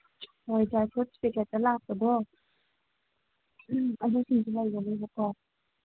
ꯍꯣꯏ dry fruits ꯄꯦꯀꯦꯠꯇ ꯂꯥꯛꯄꯗꯣ ꯑꯗꯨꯁꯤꯡꯁꯨ ꯂꯩꯒꯅꯤꯕꯀꯣ